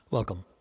Welcome